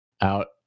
out